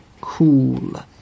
cool